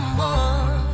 more